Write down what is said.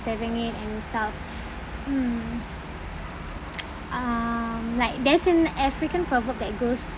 saving it and stuff mm um like there's an african proverb that goes